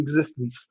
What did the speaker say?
existence